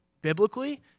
biblically